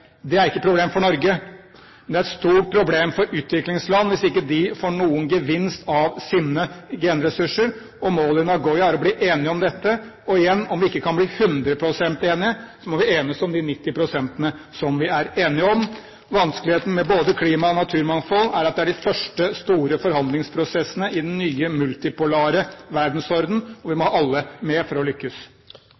er ikke et problem for Norge, men det er et stort problem for utviklingsland hvis ikke de får noen gevinst av sine genressurser. Målet i Nagoya er å bli enige om dette. Og igjen: Om vi ikke kan blir 100 pst. enige, så må vi enes om de 90 pst. som vi er enige om. Vanskeligheten med både klima og naturmangfold er at det er de første store forhandlingsprosessene i den nye multipolare verdensorden, og vi må